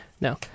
No